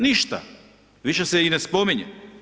Ništa, više se i ne spominje.